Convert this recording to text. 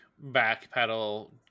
backpedal